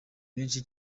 benshi